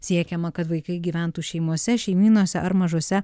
siekiama kad vaikai gyventų šeimose šeimynose ar mažuose